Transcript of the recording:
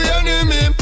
enemy